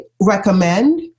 recommend